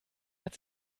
hat